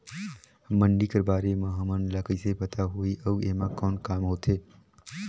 मंडी कर बारे म हमन ला कइसे पता होही अउ एमा कौन काम होथे?